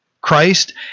Christ